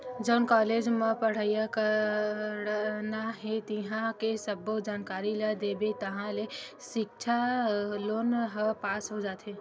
जउन कॉलेज म पड़हई करना हे तिंहा के सब्बो जानकारी ल देबे ताहाँले सिक्छा लोन ह पास हो जाथे